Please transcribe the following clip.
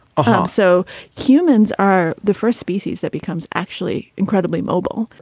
oh, so humans are the first species that becomes actually incredibly mobile.